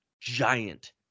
giant